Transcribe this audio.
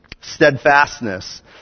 Steadfastness